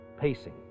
Pacing